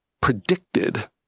predicted